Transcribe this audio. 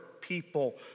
people